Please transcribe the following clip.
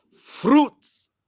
fruits